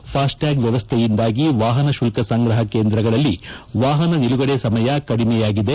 ಫಾಸ್ಟೆಟ್ಲಾಗ್ ವ್ಲವಸ್ಥೆಯಿಂದಾಗಿ ವಾಹನ ಶುಲ್ಲ ಸಂಗ್ರಹ ಕೇಂದ್ರಗಳಲ್ಲಿ ವಾಹನ ನಿಲುಗಡೆ ಸಮಯ ಕಡಿಮೆಯಾಗಿದೆ